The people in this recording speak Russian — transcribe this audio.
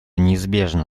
неизбежно